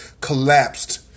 collapsed